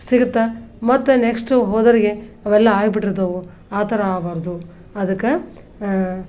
ಸಿಗುತ್ತೆ ಮತ್ತು ನೆಕ್ಷ್ಟು ಹೋದೋರಿಗೆ ಅವೆಲ್ಲ ಆಗ್ಬಿಟ್ಟಿರ್ತವೆ ಆ ಥರ ಆಗಬಾರ್ದು ಅದಕ್ಕೆ